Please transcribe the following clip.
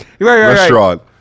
restaurant